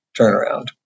turnaround